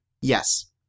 Yes